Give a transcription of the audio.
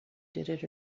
did